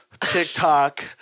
TikTok